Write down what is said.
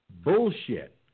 Bullshit